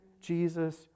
Jesus